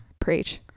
preach